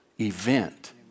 event